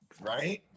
Right